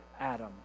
Adam